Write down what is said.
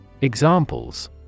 Examples